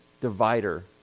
divider